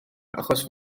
achos